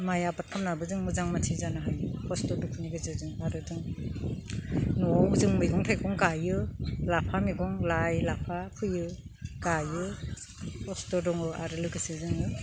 माइ आबाद खालामनाबो जों मोजां मानसि जानो हायो खस्थ'नि गेजेरजों आरो जों न'आव जों मैगं थाइगं गायो लाफा मैगं लाइ लाफा फोयो गायो खस्थ' दङ आरो लोगोसे जोङो